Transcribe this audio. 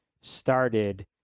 started